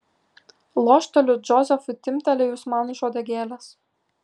lošteliu džozefui timptelėjus man už uodegėlės